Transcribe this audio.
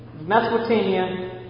Mesopotamia